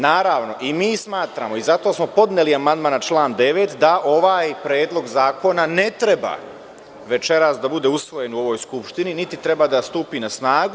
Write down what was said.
Naravno, i mi smatramo i zato smo podneli amandman na član 9, da ovaj predlog zakona ne treba večeras da bude usvojen u ovoj Skupštini, niti treba da stupi na snagu.